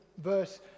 verse